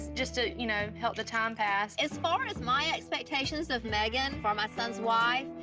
just to you know help the time pass. as far as my expectations of meghan, for my son's wife,